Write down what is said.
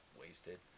wasted